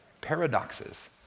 paradoxes